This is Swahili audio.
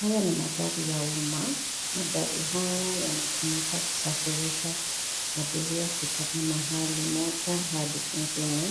Haya ni magari ya umma. Magari haya yanatumika kusafirisha abiria kutoka mahali moja hadi ingine.